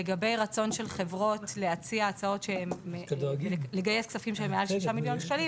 לגבי רצון של חברות לגייס כספים שהם מעל 6 מיליון ₪,